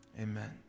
amen